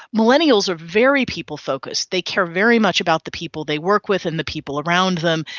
millennials are very people focused, they care very much about the people they work with and the people around them,